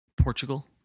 Portugal